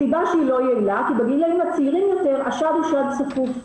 הסיבה שהיא לא יעילה כי בגילאים הצעירים יותר השד הוא שד סחוף.